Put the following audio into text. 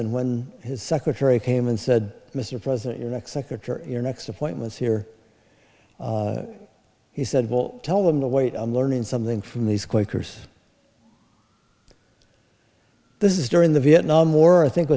and when his secretary came and said mr president your next secretary your next appointment here he said well tell them to wait on learning something from these quakers this is during the vietnam war i think